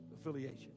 affiliation